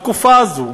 בתקופה הזאת,